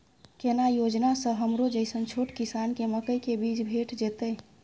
केना योजना स हमरो जैसन छोट किसान के मकई के बीज भेट जेतै?